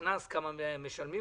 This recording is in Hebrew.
כמה משלמים,